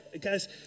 Guys